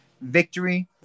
victory